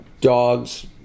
dogs